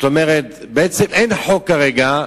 בעצם אין חוק כרגע,